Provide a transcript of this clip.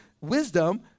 wisdom